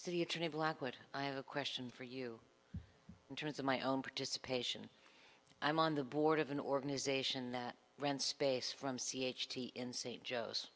city attorney blacklight i am a question for you in terms of my own participation i'm on the board of an organization that rent space from c h t in st joe's